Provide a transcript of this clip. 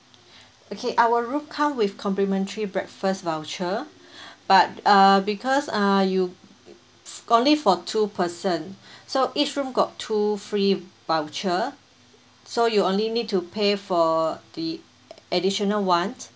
okay our room come with complimentary breakfast voucher but uh because uh you only for two person so each room got two free voucher so you only need to pay for the additional ones